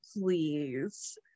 please